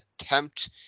attempt